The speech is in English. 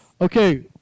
okay